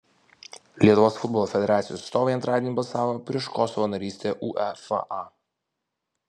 lietuvos futbolo federacijos atstovai antradienį balsavo prieš kosovo narystę uefa